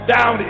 Down